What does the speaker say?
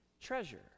treasure